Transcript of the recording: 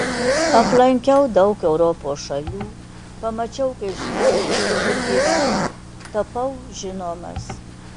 aplankiau daug europos šalių pamačiau kaip žmonės kitur gyvena tapau žinomas